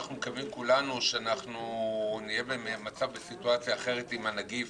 כולנו מקווים שנהיה בסיטואציה אחרת עם הנגיף,